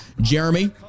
Jeremy